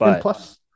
Plus